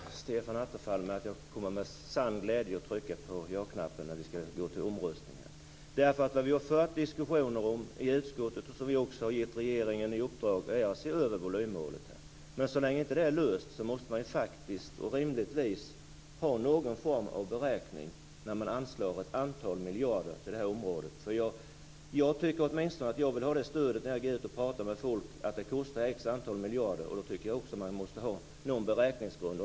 Herr talman! Jag kan lugna Stefan Attefall med att jag med sann glädje kommer att trycka på ja-knappen när vi skall gå till omröstning. Vad vi har fört diskussioner om i utskottet och också har gett regeringen i uppdrag är att se över volymmålet. Men så länge det inte är löst måste man rimligtvis ha någon form av beräkning när man anslår ett antal miljarder till det här området. Jag tycker åtminstone att jag vill ha det stödet när jag går ut och pratar med folk. Jag vill kunna säga att det kostar X miljarder, och då tycker jag också att man måste ha någon beräkningsgrund.